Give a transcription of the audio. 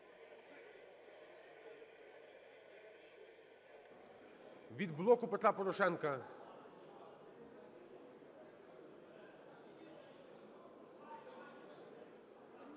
Від "Блоку Петра Порошенка"